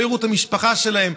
לא יראו את המשפחה שלהם.